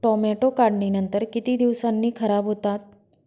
Tomato काढणीनंतर किती दिवसांनी खराब होतात?